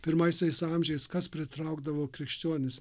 pirmaisiais amžiais kas pritraukdavo krikščionis